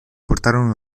portarono